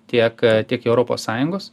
tiek tiek europos sąjungos